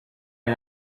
nie